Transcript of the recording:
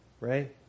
right